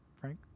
Frank